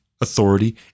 authority